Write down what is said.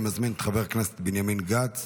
אני מזמין את חבר הכנסת בנימין גנץ